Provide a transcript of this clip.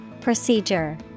Procedure